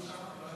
רשם הקבלנים.